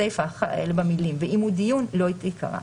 הסיפה החל במילים "ואם הוא דיון" - לא תיקרא.